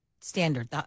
standard